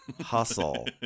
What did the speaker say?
hustle